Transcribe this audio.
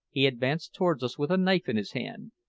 he advanced towards us with a knife in his hand,